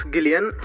Gillian